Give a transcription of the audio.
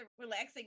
relaxing